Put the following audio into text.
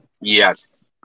Yes